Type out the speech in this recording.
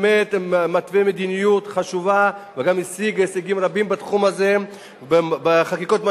שמתווה מדיניות חשובה וגם השיג הישגים רבים בתחום הזה בחקיקות משלימות,